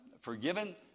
forgiven